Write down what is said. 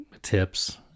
tips